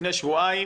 לפני שבועיים